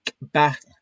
back